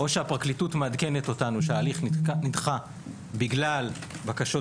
או הפרקליטות מעדכנת אותנו שההליך נדחה בגלל בקשות